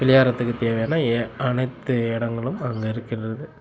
விளையாடுறதுக்கு தேவையான எ அனைத்து இடங்களும் அங்கே இருக்கின்றது